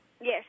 Yes